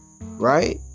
right